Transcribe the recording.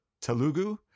Telugu